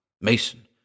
Mason